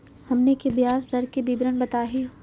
हमनी के ब्याज दर के विवरण बताही हो?